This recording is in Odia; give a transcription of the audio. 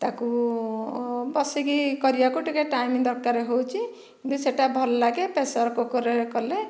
ତାକୁ ବସିକି କରିବାକୁ ଟିକିଏ ଟାଇମ୍ ଦରକାର ହେଉଛି ବି ସେଇଟା ଭଲ ଲାଗେ ପ୍ରେସର କୁକରରେ କଲେ